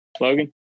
Logan